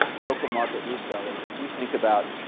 local market resellers. if you think about